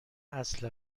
اصل